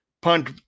Punt